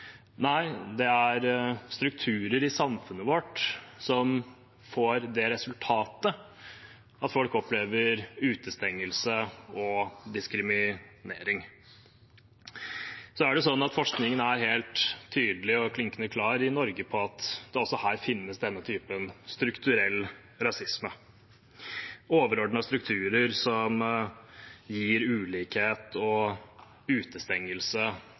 Nei, det er strukturer i samfunnet vårt som får det resultatet at folk opplever utestengelse og diskriminering. Forskningen er helt tydelig og klinkende klar i Norge på at det også her finnes slik strukturell rasisme – overordnede strukturer som gir ulikhet og utestengelse